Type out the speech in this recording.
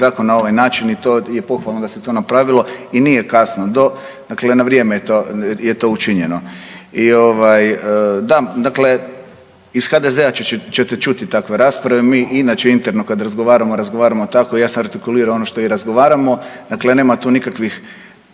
zakon na ovaj način i to je pohvalno da se to napravilo i nije kasno do, dakle na vrijeme je to učinjeno. I ovaj, da, dakle iz HDZ će te čuti takve rasprave. Mi inače interno kad razgovaramo, razgovaramo tako, ja sam artikulirao ono što i razgovaramo, dakle nema tu nikakvih